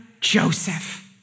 Joseph